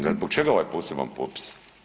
Zbog čega ovaj poseban popis?